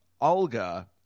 Olga